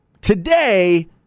Today